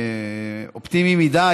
אופטימי מדי,